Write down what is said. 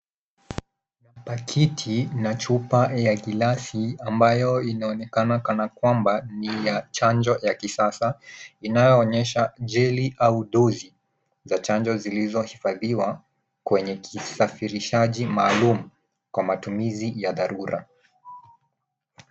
Pakiti na chupa ya gilasi ambayo inaonekana kana kwamba ni ya chanjo ya kisasa inayoonyesha jeli au dozi za chanjo zilizohifadhiwa kwenye kisafirishaji maalum kwa matumizi ya dharura.